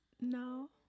no